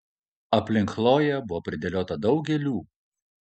aplink chloję buvo pridėliota daug gėlių